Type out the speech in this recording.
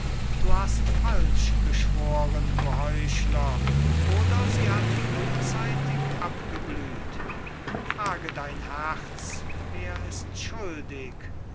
du hast falsch geschworen du heuchler oder sie hat frühzeitig abgeblüht frage dein herz wer ist schuldig